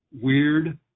weird